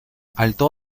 alto